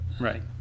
Right